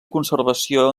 conservació